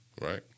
right